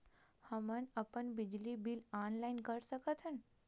हमन अपन बिजली बिल ऑनलाइन कर सकत हन?